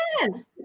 Yes